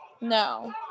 no